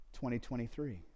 2023